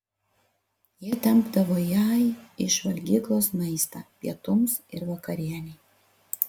jie tempdavo jai iš valgyklos maistą pietums ir vakarienei